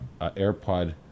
AirPod